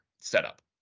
setup